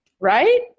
Right